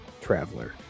Traveler